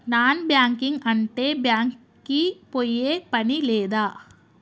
Non banking అంటే bank కి పోయే పని లేదా?